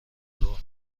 ظهر